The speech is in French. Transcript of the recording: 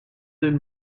deux